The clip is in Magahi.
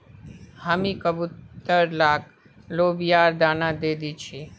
हामी कबूतर लाक लोबियार दाना दे दी छि